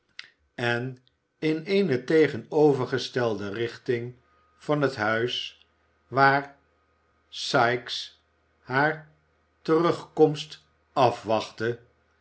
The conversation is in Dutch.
en in eene tegenovergestelde richting van het huis waar sikes hare terugkomst afwachtte